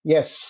Yes